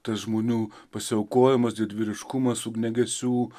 tas žmonių pasiaukojimas didvyriškumas ugniagesių